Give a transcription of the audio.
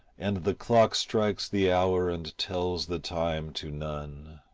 and the clock strikes the hour and tells the time to none.